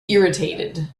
irritated